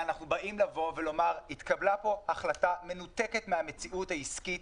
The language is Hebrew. אנחנו באים לומר: התקבלה פה החלטה מנותקת מן המציאות העסקית.